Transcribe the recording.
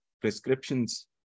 prescriptions